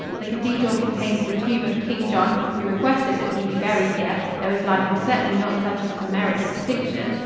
the cathedral contains the tomb of king john, who requested that he be buried here, though his life was certainly not such as to merit the distinction.